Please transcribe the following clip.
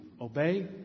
Obey